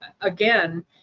again